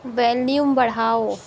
volume बढ़ाओ